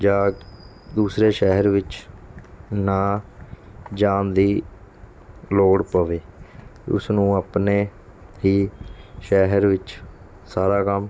ਜਾਂ ਦੂਸਰੇ ਸ਼ਹਿਰ ਵਿੱਚ ਨਾ ਜਾਣ ਦੀ ਲੋੜ ਪਵੇ ਉਸਨੂੰ ਆਪਣੇ ਹੀ ਸ਼ਹਿਰ ਵਿੱਚ ਸਾਰਾ ਕੰਮ